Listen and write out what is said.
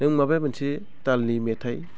नों माबे मोनसे तालनि मेथाइ